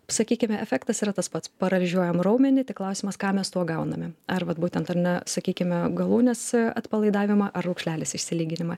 sakykime efektas yra tas pats paralyžiuojam raumenį tik klausimas ką mes tuo gauname ar vat būtent ar ne sakykime galūnės atpalaidavimą ar raukšlelės išsilyginimą